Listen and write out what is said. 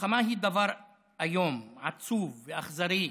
המלחמה היא דבר איום, עצוב ואכזרי,